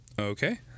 okay